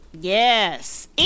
Yes